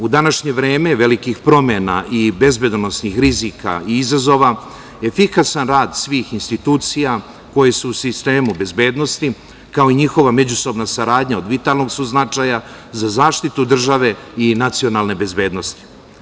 U današnje vreme velikih promena i bezbedonosnih rizika i izazove efikasan rad svih institucija koje su u sistemu bezbednosti, kao i njihova međusobna saradnja od vitalnog su značaja za zaštitu države i nacionalne bezbednosti.